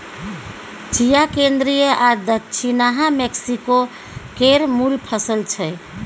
चिया केंद्रीय आ दछिनाहा मैक्सिको केर मुल फसल छै